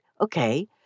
okay